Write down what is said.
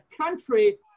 country